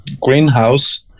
greenhouse